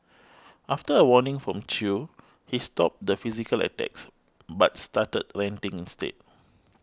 after a warning from Chew he stopped the physical attacks but started ranting instead